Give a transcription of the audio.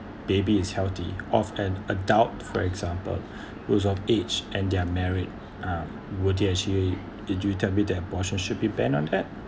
baby is healthy of an adult for example whose of age and they're married um would they actually did you tell me the abortion should be banned on that